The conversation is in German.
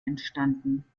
entstanden